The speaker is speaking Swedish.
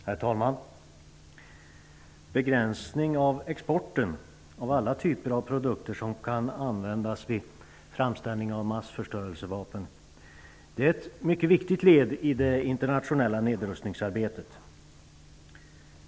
Herr talman! Begränsning av exporten av alla typer av produkter som kan användas vid framställning av massförstörelsevapen är ett mycket viktigt led i det internationella nedrustningsarbetet.